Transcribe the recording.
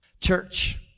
Church